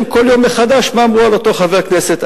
כל יום מחדש מה אמרו על אותו חבר כנסת.